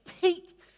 Pete